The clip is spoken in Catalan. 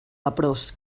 leprós